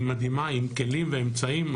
עם כלים ואמצעים,